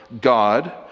God